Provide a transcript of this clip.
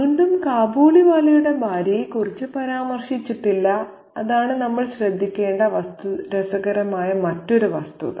വീണ്ടും കാബൂളിവാലയുടെ ഭാര്യയെ കുറിച്ച് പരാമർശിച്ചിട്ടില്ല അതാണ് നമ്മൾ ശ്രദ്ധിക്കേണ്ട രസകരമായ വസ്തുത